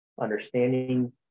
understanding